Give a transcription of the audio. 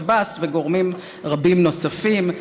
שב"ס וגורמים רבים נוספים.